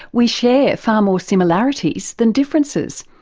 we share far more similarities than differences.